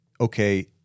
Okay